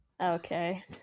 okay